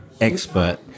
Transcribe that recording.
expert